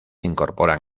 incorporan